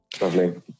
Lovely